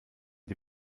die